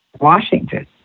Washington